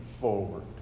forward